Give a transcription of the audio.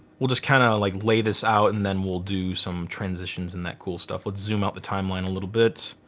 we'll just kind of like lay this out and then we'll do some transitions and that cool stuff. let's zoom out the timeline a little bit.